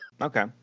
Okay